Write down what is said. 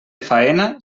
faena